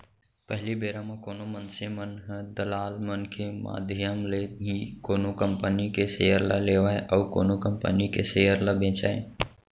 पहिली बेरा म कोनो मनसे मन ह दलाल मन के माधियम ले ही कोनो कंपनी के सेयर ल लेवय अउ कोनो कंपनी के सेयर ल बेंचय